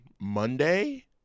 Monday